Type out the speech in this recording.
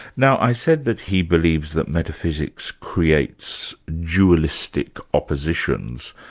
now i said that he believes that metaphysics creates dualistic oppositions.